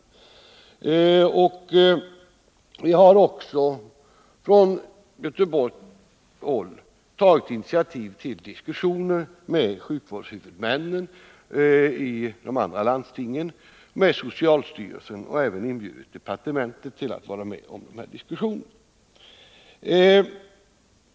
I Göteborg har vi också tagit initiativ till diskussioner med sjukvårdshuvudmännen i de andra landstingen och med socialstyrelsen samt inbjudit departementet att vara med i den debatten.